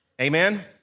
Amen